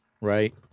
Right